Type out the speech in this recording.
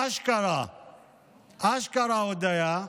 אשכרה הודאה,